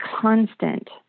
constant